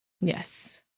Yes